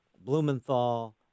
Blumenthal